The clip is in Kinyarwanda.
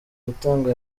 gutanga